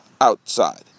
outside